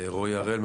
רועי הראל,